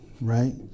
right